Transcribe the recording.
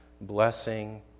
blessing